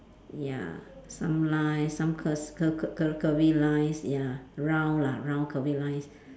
ya some lines some curs~ cur~ cur~ curvy lines ya round lah round curvy lines